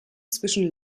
zwischen